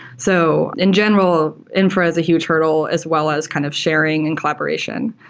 so in general, infra is a huge hurdle as well as kind of sharing and collaboration.